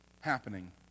happening